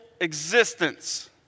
existence